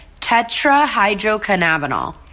tetrahydrocannabinol